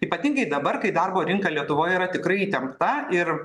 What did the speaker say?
ypatingai dabar kai darbo rinka lietuvoje yra tikrai įtempta ir